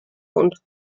und